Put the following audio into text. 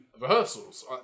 rehearsals